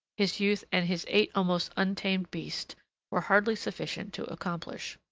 his youth, and his eight almost untamed beasts were hardly sufficient to accomplish.